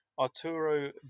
Arturo